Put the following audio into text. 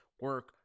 Work